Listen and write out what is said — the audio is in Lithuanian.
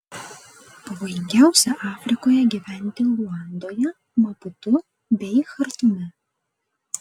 pavojingiausia afrikoje gyventi luandoje maputu bei chartume